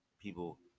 People